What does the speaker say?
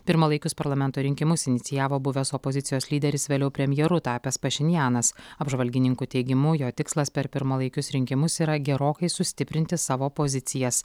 pirmalaikius parlamento rinkimus inicijavo buvęs opozicijos lyderis vėliau premjeru tapęs pašinjanas apžvalgininkų teigimu jo tikslas per pirmalaikius rinkimus yra gerokai sustiprinti savo pozicijas